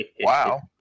Wow